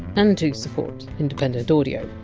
and to support independent audio.